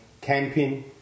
camping